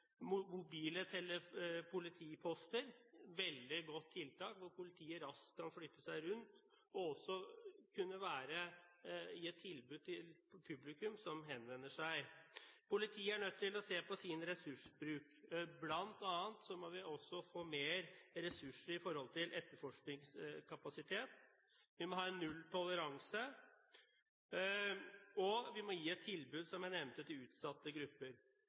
hvor politiet raskt kan forflytte seg og også gi et tilbud til publikum som henvender seg. Politiet er nødt til å se på sin ressursbruk, bl.a. må vi få mer ressurser til etterforskning. Vi må ha nulltoleranse, og vi må, som jeg nevnte, gi et tilbud til utsatte grupper. Når det gjelder problematikken med asylsøkere som oppholder seg her ulovlig, og som driver med kriminalitet, forsto jeg